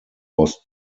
was